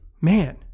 man